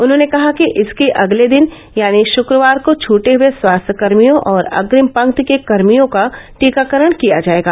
उन्होंने कहा कि इसके अगले दिन यानी शुक्रवार को छूटे हुए स्वास्थ्यकर्मियों और अग्रिम पंक्ति के कर्मियों का टीकाकरण किया जायेगा